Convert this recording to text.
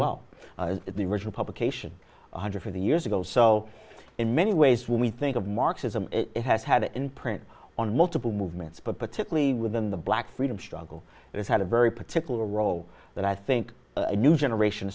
well the original publication one hundred fifty years ago so in many ways when we think of marxism it has had it in print on multiple movements but particularly within the black freedom struggle it's had a very particular role that i think new generation